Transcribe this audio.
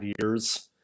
years